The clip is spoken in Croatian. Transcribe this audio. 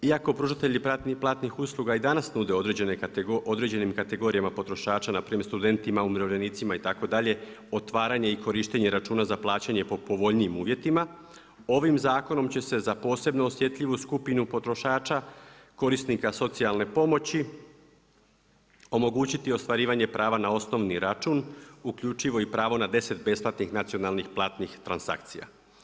Iako pružatelji platnih usluga i danas nude određenim kategorijama potrošača, na primjer studentima, umirovljenicima itd. otvaranje i korištenje računa za plaćanje po povoljnijim uvjetima ovim zakonom će se za posebno osjetljivu skupinu potrošača korisnika socijalne pomoći omogućiti ostvarivanje prava na osnovni račun uključivo i pravo na 10 besplatnih nacionalnih platnih transakcija.